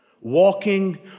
walking